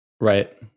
Right